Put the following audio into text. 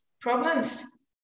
problems